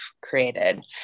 created